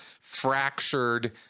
fractured